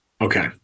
Okay